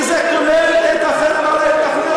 כי זה כולל את החרם על ההתנחלויות,